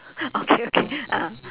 okay okay ah